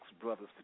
brothers